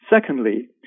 Secondly